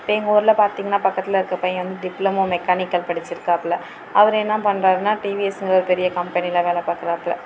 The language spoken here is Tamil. இப்போ எங்கள் ஊரில் பார்த்திங்கனா பக்கத்தில் இருக்க பையன் வந்து டிப்ளமோ மெக்கானிக்கல் படிச்சிருக்காப்ல அவரு என்னா பண்ணுறாருனா டிவிஎஸுங்கிற பெரிய கம்பெனியில வேலை பார்க்கறாப்ல